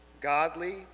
godly